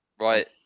Right